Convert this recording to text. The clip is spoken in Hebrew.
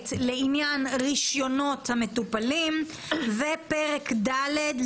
ז' מחקר ופיתוח.